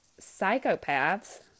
psychopaths